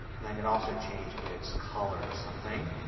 and i can also change its color to something.